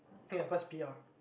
ya of course P_R